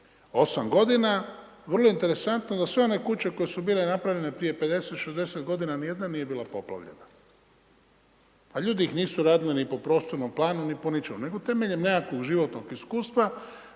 8 g. vrlo interesantno, da sve one kuće , koje su bile napravljene, prije 50-60 g. ni jedna nije bila poplavljena, a ljudi ih nisu radili ni po prostornom planu, ni po ničemu, nego temeljem nekakvog životnog iskustva.